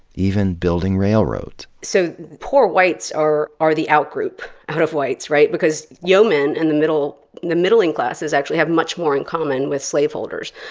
even building railroads. so poor whites are are the outgroup, out of whites, right? because yeomen, in the middle, the middling classes actually have much more in common with slave holders.